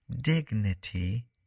dignity